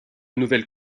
nouvelles